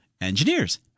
Engineers